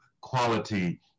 quality